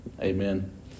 Amen